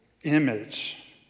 Image